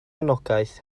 anogaeth